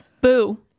Boo